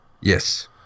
Yes